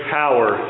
power